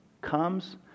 comes